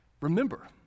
Remember